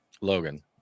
Logan